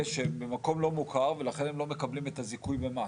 שהם במקום לא מוכר ולכן הם לא מקבלים את הזיכוי במס,